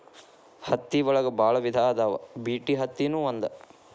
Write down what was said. ಹತ್ತಿ ಒಳಗ ಬಾಳ ವಿಧಾ ಅದಾವ ಬಿಟಿ ಅತ್ತಿ ನು ಒಂದ